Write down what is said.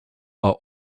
are